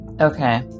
Okay